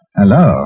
hello